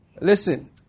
Listen